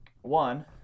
One